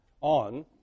on